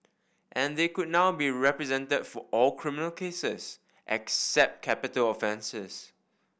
and they could now be represented for all criminal cases except capital offences